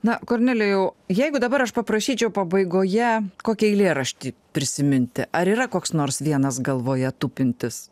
na kornelijau jeigu dabar aš paprašyčiau pabaigoje kokį eilėraštį prisiminti ar yra koks nors vienas galvoje tupintis